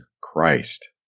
Christ